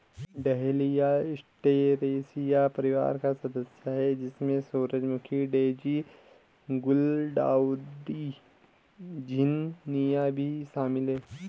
dahlia Asteraceae परिवार का सदस्य है, जिसमें सूरजमुखी, डेज़ी, गुलदाउदी, झिननिया भी शामिल है